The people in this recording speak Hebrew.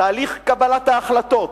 תהליך קבלת ההחלטות,